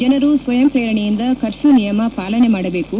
ಜನರು ಸ್ವಯಂಪ್ರೇರಣೆಯಿಂದ ಕರ್ಫ್ಯೂ ನಿಯಮ ಪಾಲನೆ ಮಾಡಬೇಕು